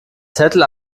zettel